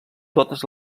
totes